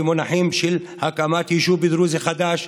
במונחים של הקמת יישוב דרוזי חדש,